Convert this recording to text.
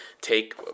take